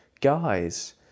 guys